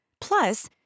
Plus